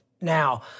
Now